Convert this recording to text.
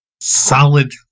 solid